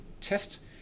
test